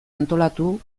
antolatu